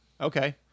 Okay